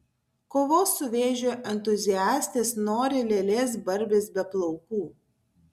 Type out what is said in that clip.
kovos su vėžiu entuziastės nori lėlės barbės be plaukų